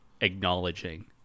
acknowledging